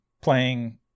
playing